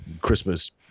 Christmas